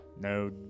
No